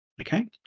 Okay